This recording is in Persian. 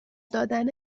دادن